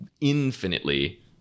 infinitely